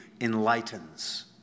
enlightens